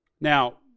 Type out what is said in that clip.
Now